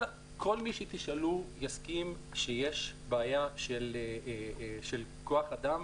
כל מי שתשאלו יסכים שיש בעיה של כוח אדם